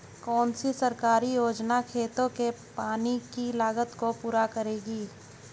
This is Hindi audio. कौन सी सरकारी योजना खेतों के पानी की लागत को पूरा करेगी?